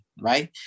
right